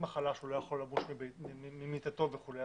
מחלה שהוא לא יכול לקום ממיטתו וכולי,